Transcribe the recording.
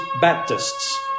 baptists